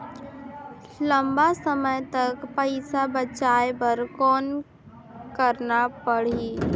लंबा समय तक पइसा बचाये बर कौन करना पड़ही?